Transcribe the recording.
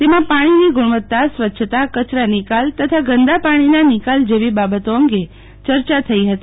તેમાં પાણીની ગુણવત્તા સ્વચ્છતા કચરા નિકાલ તથા ગંદા પાણીના નિકાલ જેવી બાબતો અંગે ચર્ચા થઇ હતી